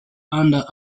under